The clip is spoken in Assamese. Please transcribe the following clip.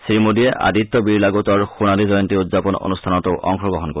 শ্ৰীমোডীয়ে লগতে আদিত্য বিৰলা গোটৰ সোণালী জয়ন্তী উদযাপন অনুষ্ঠানতো অংশগ্ৰহণ কৰিব